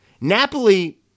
Napoli